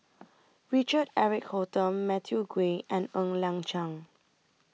Richard Eric Holttum Matthew Ngui and Ng Liang Chiang